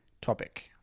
topic